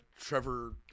trevor